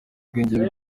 ubwenge